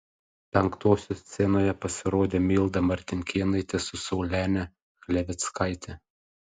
penktosios scenoje pasirodė milda martinkėnaitė su saulene chlevickaite